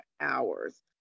hours